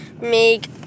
make